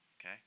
Okay